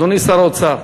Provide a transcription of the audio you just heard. אדוני שר האוצר,